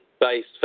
based